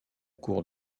cour